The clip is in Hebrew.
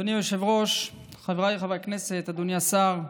אדוני היושב-ראש, חבריי חברי הכנסת, אדוני השר,